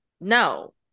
no